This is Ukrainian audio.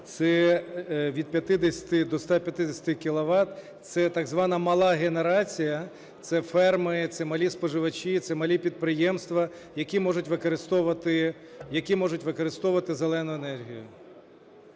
це від 50 до 150 кіловат – це так звана "мала генерація", це ферми, це малі споживачі, це малі підприємства, які можуть використовувати "зелену" енергію.